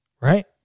Right